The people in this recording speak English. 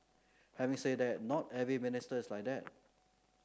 having said that not every minister is like that